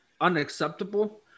unacceptable